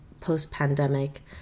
post-pandemic